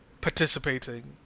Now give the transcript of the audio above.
participating